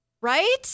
right